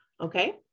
Okay